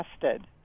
tested